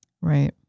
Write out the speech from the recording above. right